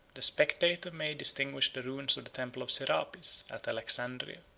the spectator may distinguish the ruins of the temple of serapis, at alexandria.